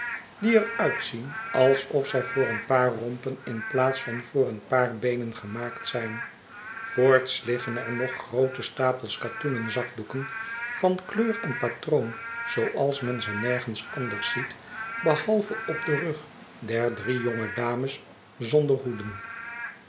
die er uitzien alsof zij voor een paar rompen in plaats van voor een paar beenen gemaakt zyn voorts iiggen er nog groote stapels katoenen zakdoeken van kieur en patroon zooals men ze nergens anders ziet behalve op den rug der drie jonge dames zonder hoeden